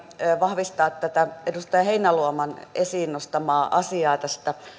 vahvistaa tätä edustaja heinäluoman esiin nostamaa asiaa